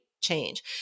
change